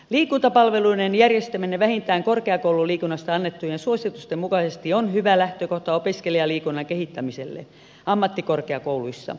liikuntapalveluiden järjestäminen vähintään korkeakoululiikunnasta annettujen suositusten mukaisesti on hyvä lähtökohta opiskelijaliikunnan kehittämiselle ammattikorkeakouluissa